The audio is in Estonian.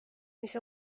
mis